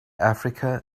africa